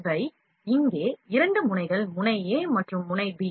இவை இங்கே இரண்டு முனைகள் முனை a மற்றும் முனை b